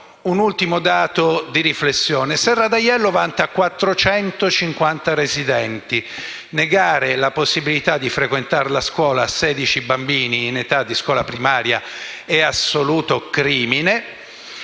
un ultimo dato di riflessione. Serra d’Aiello vanta 450 residenti. Negare la possibilità di frequentare la scuola a 16 bambini in età di scuola primaria è un assoluto crimine.